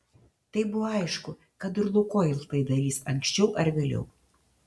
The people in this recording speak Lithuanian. tai buvo aišku kad ir lukoil tai darys anksčiau ar vėliau